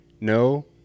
no